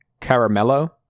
Caramello